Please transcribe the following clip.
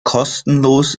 kostenlos